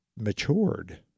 matured